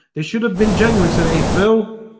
they should have been genuine said hey, phil